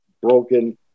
broken